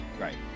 Right